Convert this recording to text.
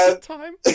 time